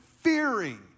fearing